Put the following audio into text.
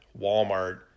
Walmart